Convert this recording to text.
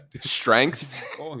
Strength